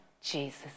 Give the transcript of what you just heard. Jesus